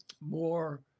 more